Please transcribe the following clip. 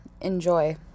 Enjoy